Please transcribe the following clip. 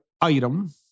item